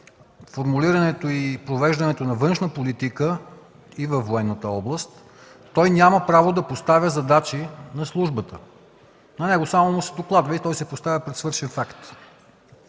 формулирането и провеждането на външна политика и във военната област, няма право да поставя задачи на службата. На него само му се докладва и той се поставя пред свършен факт.